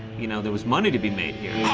you know, there was money to be made here.